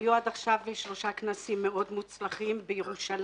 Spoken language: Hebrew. היו עד עכשיו שלושה כנסים מאוד מוצלחים בירושלים,